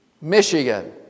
Michigan